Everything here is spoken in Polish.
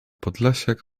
podlasiak